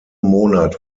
monat